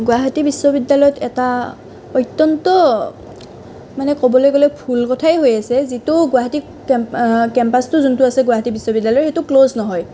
গুৱাহাটী বিশ্ববিদ্যালয়ত এটা অত্যন্ত মানে ক'বলৈ গ'লে ভুল কথাই হৈ আছে যিটো গুৱাহাটী কেম্পাছটো যিটো আছে গুৱাহাটী বিশ্ববিদ্যালয় সেইটো ক্ল'জ নহয়